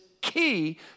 key